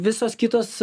visos kitos